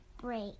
break